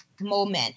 moment